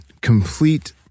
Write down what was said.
complete